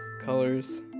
colors